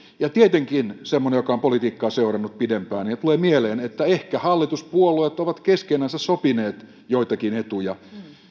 ja tietenkin semmoiselle joka on politiikkaa seurannut pidempään tulee mieleen että ehkä hallituspuolueet ovat keskenänsä sopineet joitakin etuja